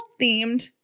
themed